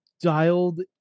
dialed